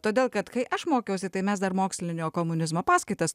todėl kad kai aš mokiausi tai mes dar mokslinio komunizmo paskaitas